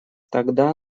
тогда